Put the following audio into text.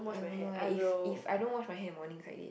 I don't know eh if if I don't wash my hair in mornings like this